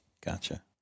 Gotcha